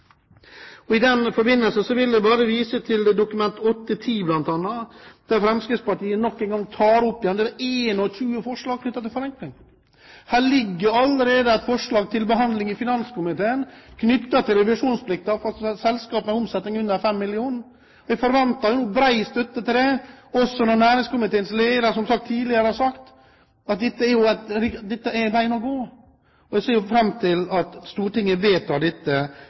forslag. I den forbindelse vil jeg vise til bl.a. Dokument 8:10 S for 2010–2011, der Fremskrittspartiet nok en gang tar opp igjen 21 forslag til forenkling. Det ligger allerede et forslag til behandling i finanskomiteen knyttet til revisjonsplikten for selskap med omsetning under 5 mill. kr. Vi forventer nå bred støtte til det, også fordi næringskomiteens leder som sagt tidligere har sagt at dette er veien å gå. Jeg ser fram til at Stortinget vedtar dette